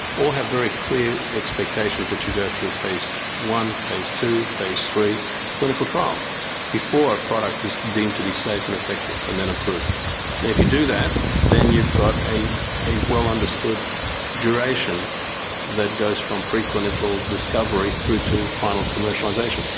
all have very clear expectations that you go through phase one, phase two, phase three clinical trials before a product is deemed to be safe and effective and then approved. and if you do that, then you've got a a well-understood duration that goes from pre-clinical discovery through to final commercialisation.